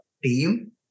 team